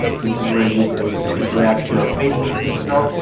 this is where you basically grab your facebook pixel,